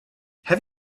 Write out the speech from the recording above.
have